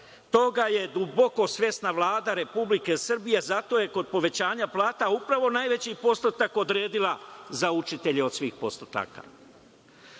Toga je duboko svesna Vlada Republike Srbije. Zato je kod povećanja plata upravo najveći postotak odredila za učitelje od svih postotaka. Nasilje